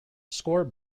score